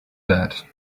that